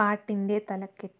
പാട്ടിന്റെ തലക്കെട്ട്